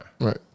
Right